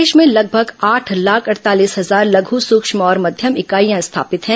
प्रदेश में लगभग आठ लाख अड़तालीस हजार लघु सूक्ष्म और मध्यम इकाईयां स्थापित हैं